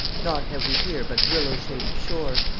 nought have we here but willow-shaded shore,